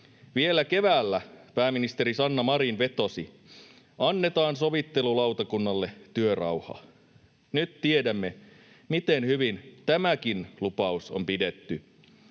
Vielä keväällä pääministeri Sanna Marin vetosi: annetaan sovittelulautakunnalle työrauha. Nyt tiedämme, miten hyvin tämäkin lupaus on pidetty.